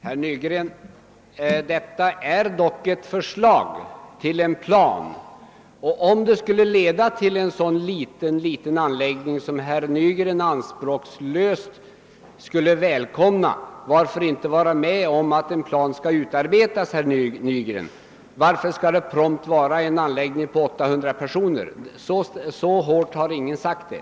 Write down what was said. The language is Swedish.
Herr talman! Detta är dock ett förslag till en plan, och även om det bara skulle leda till en sådan där liten anläggning som herr Nygren i alla fall anspråkslöst skulle välkomna, varför inte vara med om att en plan skall utarbetas, herr Nygren? Varför skall det promt vara fråga om en anläggning som sysselsätter 800 personer? Så hårt har ingen tagit det.